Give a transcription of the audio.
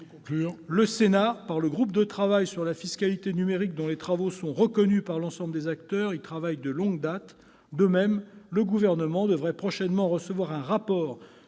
Le Sénat, au travers du groupe de travail sur la fiscalité numérique, dont les travaux sont reconnus par l'ensemble des acteurs, y travaille de longue date. De même, le Gouvernement devrait prochainement recevoir un rapport